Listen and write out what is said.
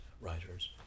writers